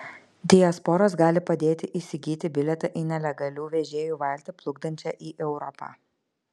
diasporos gali padėti įsigyti bilietą į nelegalių vežėjų valtį plukdančią į europą